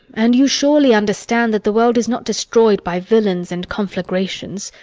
and you surely understand that the world is not destroyed by villains and conflagrations,